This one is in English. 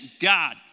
God